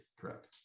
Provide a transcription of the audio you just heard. correct